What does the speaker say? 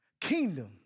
kingdom